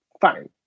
fine